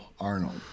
Arnold